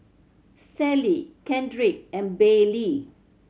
Sallie Kendrick and Baylie